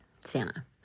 Santa